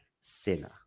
Sinner